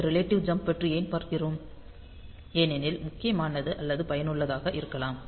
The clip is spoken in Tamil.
இந்த ரிலேட்டிவ் ஜம்ப் பற்றி ஏன் பார்க்கிறோம் ஏனெனில் முக்கியமானது அல்லது பயனுள்ளதாக இருக்கலாம்